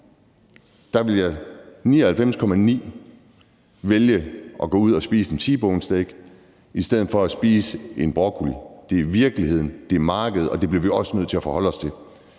af tiden vil vælge at gå ud at spise en T-bonesteak i stedet for at spise en broccoli. Det er virkeligheden, det er markedet, og det bliver vi også nødt til at forholde os til.